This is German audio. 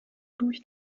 durch